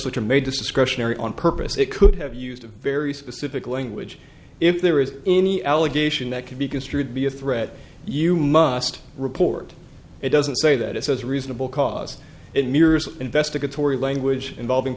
made discretionary on purpose it could have used a very specific language if there is any allegation that can be construed to be a threat you must report it doesn't say that it says reasonable cause it mirrors investigatory language involving